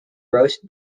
roast